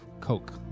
Coke